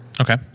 Okay